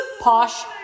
Posh